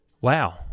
wow